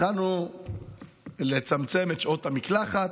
התחלנו לצמצם את שעות המקלחת.